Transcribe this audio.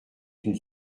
une